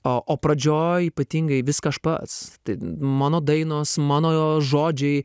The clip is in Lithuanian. o o pradžioj ypatingai viską aš pats tai mano dainos mano žodžiai